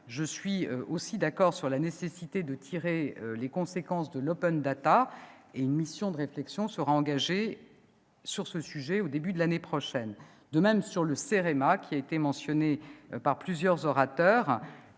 je suis d'accord sur la nécessité de tirer les conséquences de l'Une mission de réflexion sera engagée sur ce sujet au début de l'année prochaine. Le CEREMA, mentionné par plusieurs orateurs,